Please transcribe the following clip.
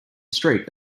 street